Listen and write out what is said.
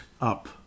up